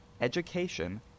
education